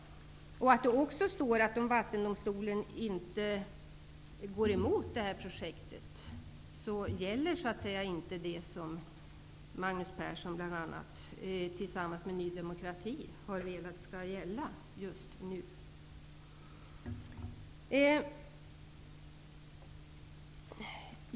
Det står också att om vattendomstolen inte går emot projektet gäller inte det som Magnus Persson tillsammans med Ny demokrati har velat skall gälla just nu.